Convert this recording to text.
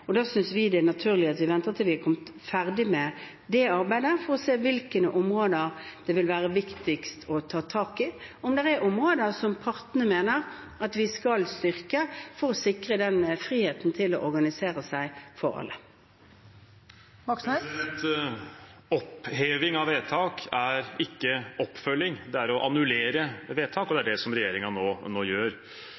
er naturlig at vi venter til vi er ferdig med det arbeidet for å se hvilke områder det vil være viktigst å ta tak i, og om det er områder som partene mener at vi skal styrke for å sikre friheten til å organisere seg for alle. Det blir oppfølgingsspørsmål – først Bjørnar Moxnes. Oppheving av vedtak er ikke oppfølging. Det er å annullere vedtak, og det